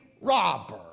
robber